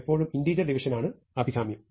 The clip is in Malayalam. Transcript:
എപ്പോഴും ഇന്റിജർ ഡിവിഷൻ ആണ് അഭികാമ്യം